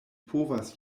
povas